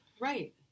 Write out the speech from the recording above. Right